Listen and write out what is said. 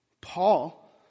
Paul